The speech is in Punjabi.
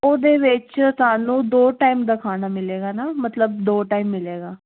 ਉਹਦੇ ਵਿੱਚ ਤੁਹਾਨੂੰ ਦੋ ਟਾਈਮ ਦਾ ਖਾਣਾ ਮਿਲੇਗਾ ਨਾ ਮਤਲਬ ਦੋ ਟਾਈਮ ਮਿਲੇਗਾ